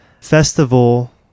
festival